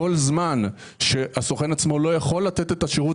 כל זמן שהסוכן עצמו לא יכול לתת את השירות